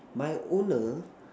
my owner